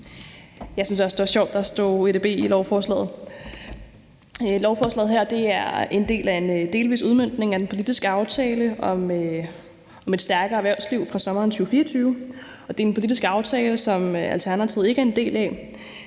Jeg syntes også, det var sjovt, at der står »edb« i lovforslaget. Lovforslaget her er en del af en delvis udmøntning af en politisk aftale om et stærkere erhvervsliv fra sommeren 2024. Det er en politisk aftale, som Alternativet ikke er en del af,